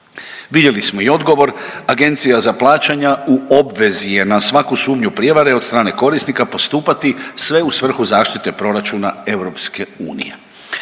Vidjeli smo i odgovor, Agencija za plaćanja u obvezi je na svaku sumnju prijevare od strane korisnika postupati sve u svrhu zaštite proračuna EU.